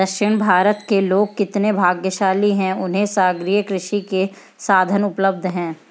दक्षिण भारत के लोग कितने भाग्यशाली हैं, उन्हें सागरीय कृषि के साधन उपलब्ध हैं